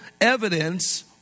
evidence